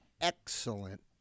excellent